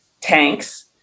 tanks